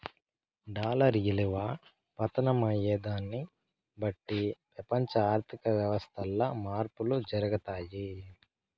dollar ఇలువ పతనం అయ్యేదాన్ని బట్టి పెపంచ ఆర్థిక వ్యవస్థల్ల మార్పులు జరగతాయి